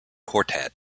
quartet